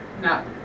No